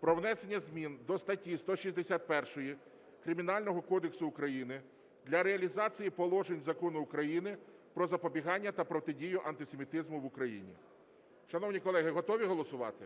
про внесення змін до статті 161 Кримінального кодексу України для реалізації положень Закону України "Про запобігання та протидію антисемітизму в Україні". Шановні колеги, готові голосувати?